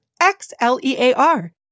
X-L-E-A-R